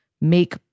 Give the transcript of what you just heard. make